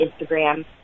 Instagram